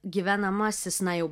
gyvenamasis na jau